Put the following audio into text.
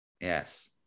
Yes